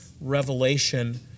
revelation